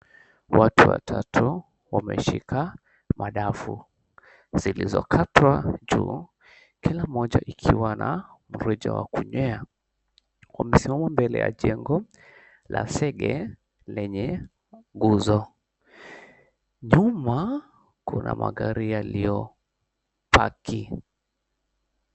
Watu watatu wameshika madafu zilizokatwa juu. Kila moja ikiwa na mrija wa kunywea. Wamesimama mbele ya jengo la sege lenye nguzo. Nyuma kuna magari yaliyopaki.